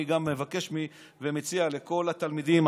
אני מציע לכל התלמידים,